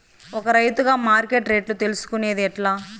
ఒక రైతుగా మార్కెట్ రేట్లు తెలుసుకొనేది ఎట్లా?